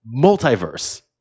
multiverse